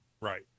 Right